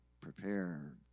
prepare